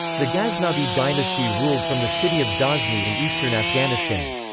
the ghaznavid dynasty ruled from the city of ghazni in eastern afghanistan.